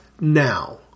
now